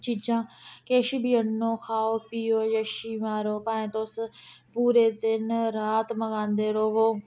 चीजां किश बी आनो खाओ पियो जैशी मारो भाएं तुस पूरे दिन रात मंगादे रोवो